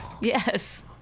Yes